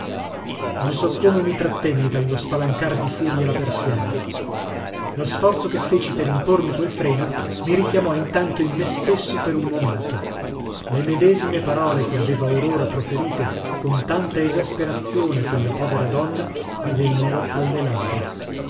non so come mi trattenni dallo spalancar di furia la persiana lo sforzo che feci per impormi quel freno mi richiamò intanto in me stesso per un momento le medesime parole che aveva or ora proferite con tanta esasperazione quella povera donna mi vennero alle labbra